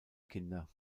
kinder